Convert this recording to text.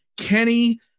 Kenny